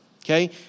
Okay